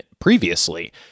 previously